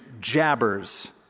jabbers